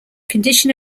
condition